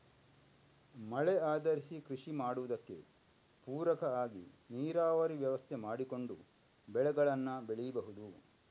ಮಳೆ ಆಧರಿಸಿ ಕೃಷಿ ಮಾಡುದಕ್ಕೆ ಪೂರಕ ಆಗಿ ನೀರಾವರಿ ವ್ಯವಸ್ಥೆ ಮಾಡಿಕೊಂಡು ಬೆಳೆಗಳನ್ನ ಬೆಳೀಬಹುದು